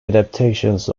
adaptations